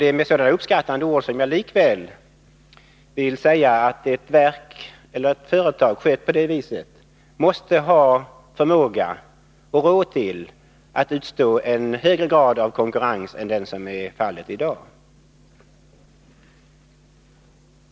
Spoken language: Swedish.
Det är med sådana uppskattande ord som jag likväl vill säga att ett företag som är skött på det viset måste ha förmåga och råd att utstå en högre grad av konkurrens än som är fallet i dag.